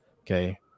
okay